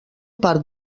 part